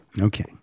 Okay